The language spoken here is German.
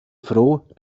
froh